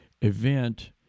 event